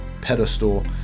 Pedestal